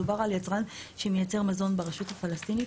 מדובר על יצרן שמייצר מזון ברשות הפלסטינית